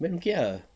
band okay ah